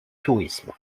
tourisme